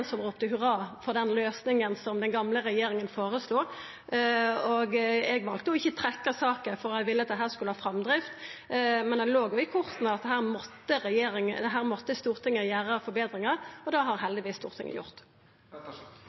som ropte hurra for den løysinga den gamle regjeringa føreslo. Eg valde ikkje å trekkja saka, for eg ville at dette skulle ha framdrift, men det låg i korta at her måtte Stortinget gjera forbetringar, og det har heldigvis Stortinget gjort.